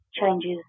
Changes